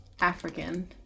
African